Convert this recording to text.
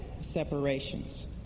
separations